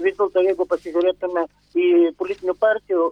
vis dėlto jeigu pasižiūrėtume į politinių partijų